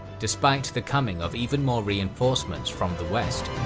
despite the coming of even more reinforcements from the west.